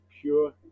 pure